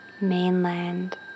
mainland